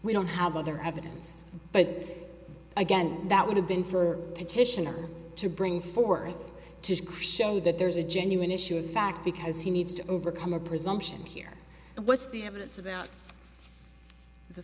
we don't have other evidence but again that would have been for petitioner to bring forth to show that there's a genuine issue of fact because he needs to overcome a presumption here what's the evidence